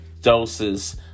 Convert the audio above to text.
doses